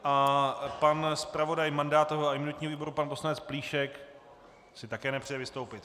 A pan zpravodaj mandátového a imunitního výboru, pan poslanec Plíšek, si také nepřeje vystoupit.